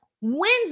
wins